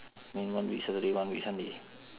mean one week saturday one week sunday